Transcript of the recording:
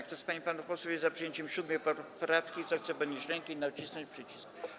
Kto z pań i panów posłów jest za przyjęciem 7. poprawki, zechce podnieść rękę i nacisnąć przycisk.